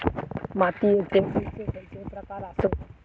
मातीयेचे खैचे खैचे प्रकार आसत?